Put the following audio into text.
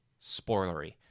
spoilery